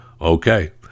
okay